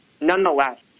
nonetheless